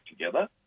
together